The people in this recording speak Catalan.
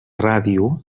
ràdio